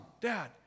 dad